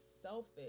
selfish